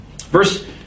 Verse